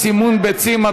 סימון ביצים),